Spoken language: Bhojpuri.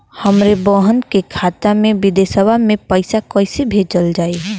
हमरे बहन के खाता मे विदेशवा मे पैसा कई से भेजल जाई?